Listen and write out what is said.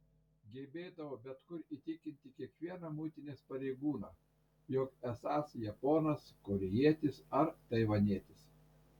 gebėdavo bet kur įtikinti kiekvieną muitinės pareigūną jog esąs japonas korėjietis ar taivanietis